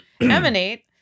emanate